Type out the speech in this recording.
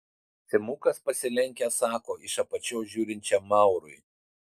simukas pasilenkęs sako iš apačios žiūrinčiam maurui